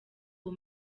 uwo